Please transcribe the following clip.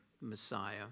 Messiah